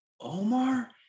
Omar